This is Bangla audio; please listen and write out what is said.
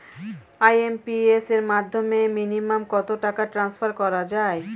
আই.এম.পি.এস এর মাধ্যমে মিনিমাম কত টাকা ট্রান্সফার করা যায়?